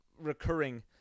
recurring